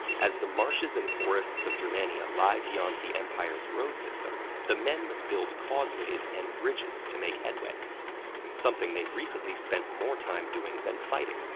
as the marshes and forests of germania lie beyond the empire's road system the men must build causeways and bridges to make headway something they've recently spent more time doing than fighting.